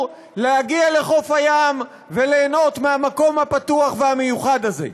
להגיע לחוף הים וליהנות מהמקום הפתוח והמיוחד הזה.